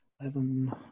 eleven